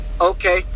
Okay